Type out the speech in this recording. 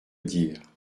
dire